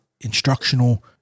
instructional